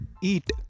eat